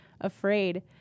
afraid